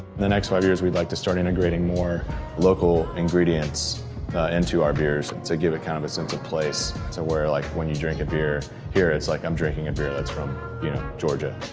the next five years we'd like to start integrating more local ingredients into our beers to give a kind of a sense of place to where like when you drink a beer here, it's like i'm drinking a beer that's from you know georgia.